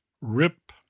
Rip